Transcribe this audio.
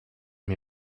mir